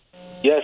Yes